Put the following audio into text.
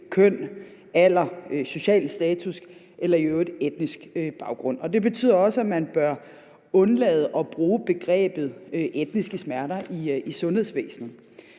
køn, alder, social status eller i øvrigt etnisk baggrund. Det betyder også, at man bør undlade at bruge begrebet etniske smerter i sundhedsvæsenet.